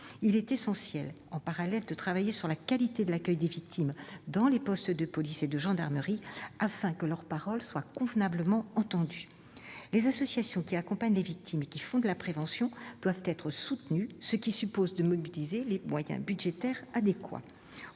Il est essentiel, en parallèle, de travailler sur la qualité de l'accueil des victimes dans les postes de police et de gendarmerie afin que leur parole soit convenablement entendue. Par ailleurs, les associations qui accompagnent les victimes et font de la prévention doivent être soutenues, ce qui suppose de mobiliser les moyens budgétaires adéquats.